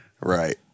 Right